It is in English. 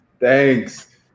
thanks